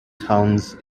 towns